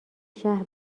شهر